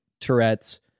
Tourette's